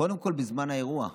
קודם כול בזמן האירוע.